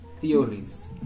Theories